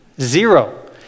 zero